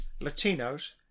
Latinos